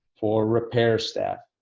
for repair staff,